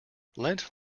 lent